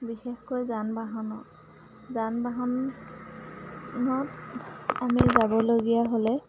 বিশেষকৈ যান বাহনৰ যান বাহনত আমি যাবলগীয়া হ'লে